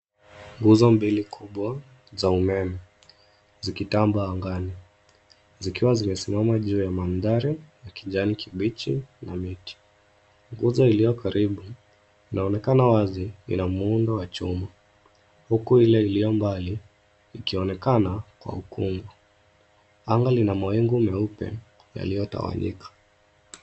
Nguzo mbili kubwa za umeme zikitamba angani, zikiwa zimesimama juu ya mandhari ya kijani kibichi na miti. Nguzo iliyo karibu inaonekana wazi ina muundo wa chuma huku ile iliyo mbali ikionekana kwa ukungu. Anga lina mawingu meupe yaliyotawanyika.